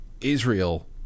Israel